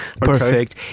perfect